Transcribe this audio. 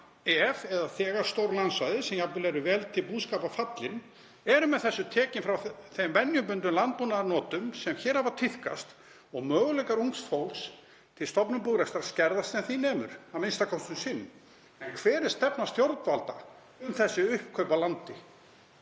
ef eða þegar stór landsvæði, sem jafnvel eru vel til búskapar fallin, eru með þessu tekin frá þeim venjubundnum landbúnaðarnotum sem hér hafa tíðkast. Möguleikar ungs fólks til stofnunar búrekstrar skerðast sem því nemur, a.m.k. um sinn. En hver er stefna stjórnvalda um þessi uppkaup á landi?